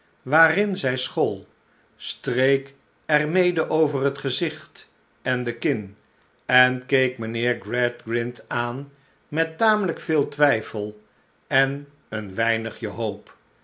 waarin zij school streek er mede over het gezicht en de kin en keek mijnheer gradgrind aan met tamelijk veel twijfel en een weinigje hoop